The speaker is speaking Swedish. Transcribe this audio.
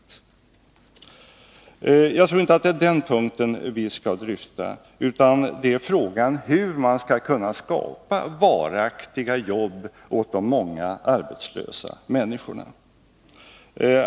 Jag tror emellertid inte att det är den frågan vi skall dryfta, utan i stället frågan om hur man skall kunna skapa varaktiga jobb åt de många arbetslösa människorna.